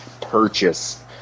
purchase